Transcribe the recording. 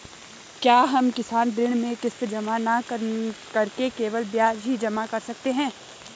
क्या हम किसान ऋण में किश्त जमा न करके केवल ब्याज ही जमा कर सकते हैं?